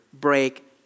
break